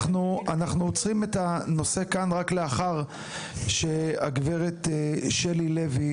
אנחנו צריכים לבחון את הנושא רק לאחר שהגברת שלי לוי